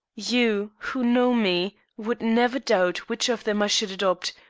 you, who know me, would never doubt which of them i should adopt,